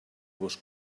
vos